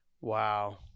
Wow